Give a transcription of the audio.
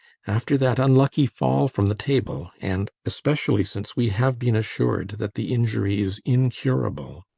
after that unlucky fall from the table and especially since we have been assured that the injury is incurable